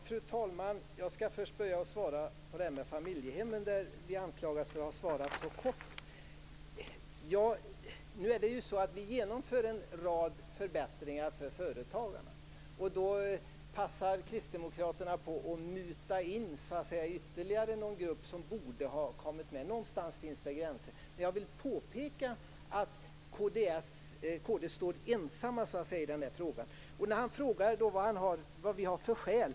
Fru talman! Jag skall börja med att svara på frågan om familjehemmen. Vi anklagas för att ha svarat så kort. Vi genomför en rad förbättringar för företagarna. Då passar kristdemokraterna på att muta in ytterligare en grupp som borde ha kommit med. Någonstans finns det gränser. Jag vill påpeka att kd står ensamt i den här frågan. Dan Ericsson frågar vad vi har för skäl.